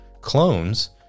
clones